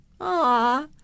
Aw